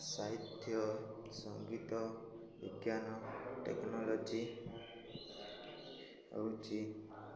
ସାହିତ୍ୟ ସଙ୍ଗୀତ ବିଜ୍ଞାନ ଟେକ୍ନୋଲୋଜି ହେଉଛି